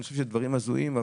אני חושב שדברים הזויים,